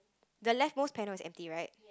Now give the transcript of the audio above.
the left most panel is empty right